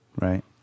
Right